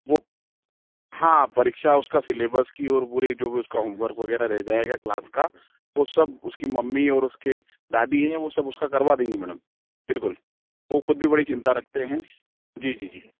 वह हाँ परीक्षा उसका सिलेबस की और पूरी जो भी उसका होमवर्क वगैरह रह जाएगा क्लास का वह सब उसकी मम्मी और उसकी दादी हैं वह सब उसका करवा देंगी मैडम बिलकुल वह खुद भी बड़ी चिंता रखते हैं जी जी